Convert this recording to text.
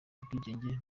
ubwigenge